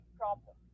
problem